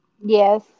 Yes